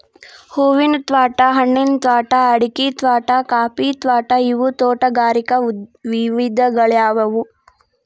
ಹೂವಿನ ತ್ವಾಟಾ, ಹಣ್ಣಿನ ತ್ವಾಟಾ, ಅಡಿಕಿ ತ್ವಾಟಾ, ಕಾಫಿ ತ್ವಾಟಾ ಇವು ತೋಟಗಾರಿಕ ವಿಧಗಳ್ಯಾಗ್ಯವು